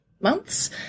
months